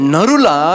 Narula